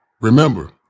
Remember